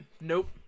nope